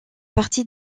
partie